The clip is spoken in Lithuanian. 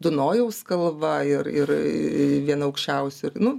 dunojaus kalva ir ir į vieną aukščiausių ir nu